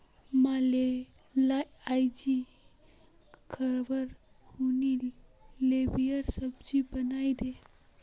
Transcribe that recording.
मां, आइज खबार खूना लोबियार सब्जी बनइ दे